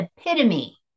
epitome